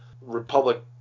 republic